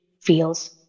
feels